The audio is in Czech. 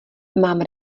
mám